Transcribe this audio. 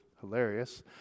hilarious